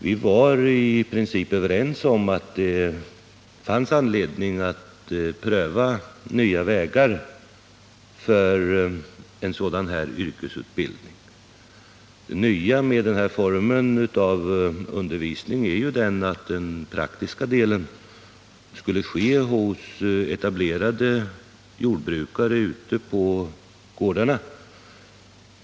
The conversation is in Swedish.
Vi var i princip överens om att det fanns anledning att pröva nya vägar för en sådan här yrkesutbildning. Det nya med den här formen av undervisning är ju att den praktiska delen skulle ske hos etablerade jordbrukare ute på gårdarna.